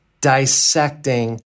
dissecting